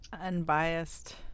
unbiased